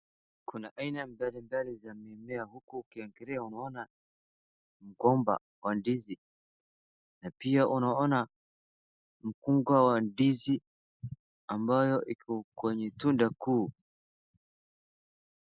Kuna aina mbalimbali za mimea huku ukiangalia unaona mgomba wa ndizi na pia unaoana mkunga wa ndizi ambayo iko kwenye tunda kuu.